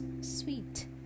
sweet